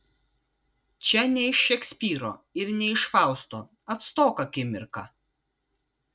čia ne iš šekspyro ir ne iš fausto atstok akimirka